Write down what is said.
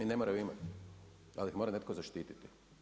I ne moraju imati, ali ih mora netko zaštititi.